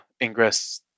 Ingress